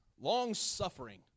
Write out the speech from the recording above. long-suffering